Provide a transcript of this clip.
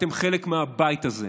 ואתם חלק מהבית הזה.